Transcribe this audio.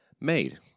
made